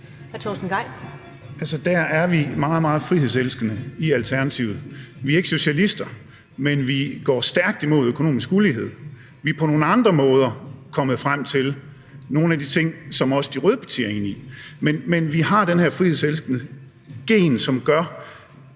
meget, meget frihedselskende i Alternativet. Vi er ikke socialister, men vi går stærkt imod økonomisk ulighed. Vi er på nogle andre måder kommet frem til nogle af de ting, som også de røde partier er enige i, men vi har det her frihedselskende gen, som gør,